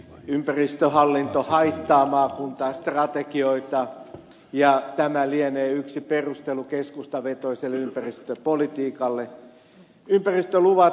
ympäristöhallinto haittaa maakuntastrategioita ja tämä lienee yksi perustelu keskustavetoiselle ympäristöpolitiikalle